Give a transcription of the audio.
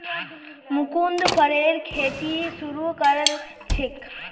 मुकुन्द फरेर खेती शुरू करल छेक